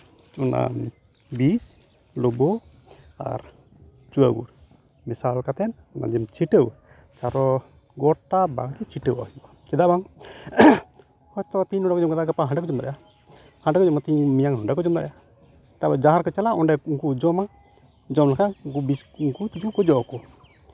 ᱚᱱᱟ ᱵᱤᱥ ᱞᱳᱵᱳᱜ ᱟᱨ ᱪᱩᱣᱟᱹ ᱜᱩᱲ ᱢᱮᱥᱟᱞ ᱠᱟᱛᱮᱫ ᱚᱱᱟ ᱡᱮᱢ ᱪᱷᱤᱴᱟᱹᱣ ᱟᱨᱚ ᱜᱳᱴᱟ ᱵᱟᱲᱜᱮ ᱪᱷᱤᱴᱟᱹᱣ ᱟᱜ ᱦᱩᱭᱩᱜᱼᱟ ᱪᱮᱫᱟᱜ ᱵᱟᱝ ᱦᱚᱭᱛᱳ ᱛᱮᱦᱤᱧ ᱱᱚᱰᱮ ᱠᱚ ᱡᱚᱢ ᱠᱮᱫᱟ ᱜᱟᱯᱟ ᱦᱟᱸᱰᱮ ᱠᱚ ᱡᱚᱢ ᱫᱟᱲᱮᱭᱟᱜᱼᱟ ᱦᱟᱸᱰᱮ ᱠᱚ ᱡᱚᱢᱟ ᱛᱮᱦᱤᱧ ᱢᱮᱭᱟᱝ ᱱᱚᱰᱮ ᱠᱚ ᱡᱚᱢ ᱫᱟᱲᱮᱭᱟᱜᱼᱟ ᱛᱟᱨᱯᱚᱨ ᱡᱟᱦᱟᱸ ᱨᱮᱠᱚ ᱪᱟᱞᱟᱜ ᱚᱸᱰᱮ ᱩᱱᱠᱩ ᱠᱚ ᱡᱚᱢᱟ ᱡᱚᱢ ᱞᱮᱠᱷᱟᱱ ᱩᱱᱠᱩ ᱛᱤᱸᱡᱩ ᱜᱚᱡᱚᱜ ᱟᱠᱚ